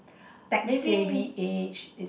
text savvy age is